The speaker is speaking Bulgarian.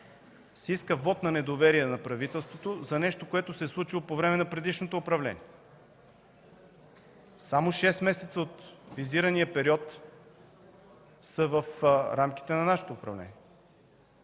се иска вот на недоверие на правителството за нещо, което се е случило по време на предишното управление. Само шест месеца от визирания период са в рамките на нашето управление.